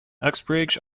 uxbridge